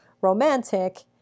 romantic